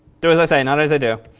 do as i say not as i do.